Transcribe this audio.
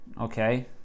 okay